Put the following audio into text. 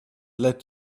let